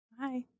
Hi